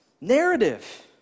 narrative